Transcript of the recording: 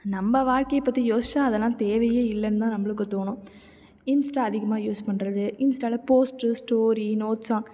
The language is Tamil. நம்ம வாழ்க்கையைப் பற்றி யோசிச்சால் அதெல்லாம் தேவையே இல்லைன்னு தான் நம்மளுக்கு தோணும் இன்ஸ்டா அதிகமாக யூஸ் பண்ணுறது இன்ஸ்டாவில் போஸ்ட்டு ஸ்டோரி நோட்ஸ் சாங்